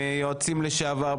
יועצים לשעבר,